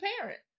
parent